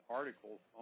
articles